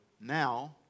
now